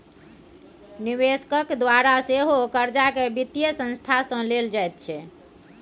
निवेशकक द्वारा सेहो कर्जाकेँ वित्तीय संस्था सँ लेल जाइत छै